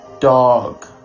dog